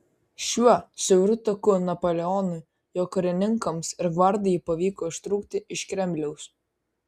šiuo siauru taku napoleonui jo karininkams ir gvardijai pavyko ištrūkti iš kremliaus